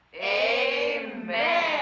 Amen